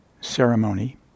ceremony